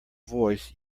voice